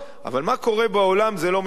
אבל מה קורה בעולם, זה לא משנה.